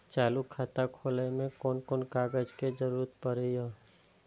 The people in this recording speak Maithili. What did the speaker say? चालु खाता खोलय में कोन कोन कागज के जरूरी परैय?